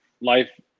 life